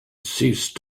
ceased